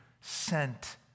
sent